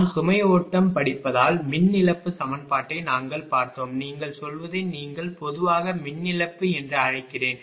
நாம் சுமை ஓட்டம் படிப்பதால் மின் இழப்பு சமன்பாட்டை நாங்கள் பார்த்தோம் நீங்கள் சொல்வதை நீங்கள் பொதுவாக மின் இழப்பு என்று அழைக்கிறேன்